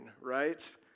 right